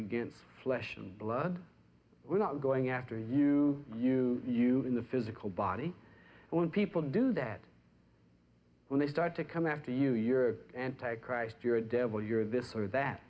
against flesh and blood we're not going after you you you in the physical body and when people do that when they start to come after you you're anti christ you're a devil you're this or that